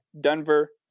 Denver